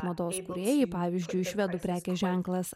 mados kūrėjai pavyzdžiui švedų prekės ženklas